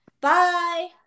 bye